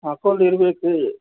account ಇರ್ಬೇಕು ರೀ